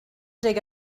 dig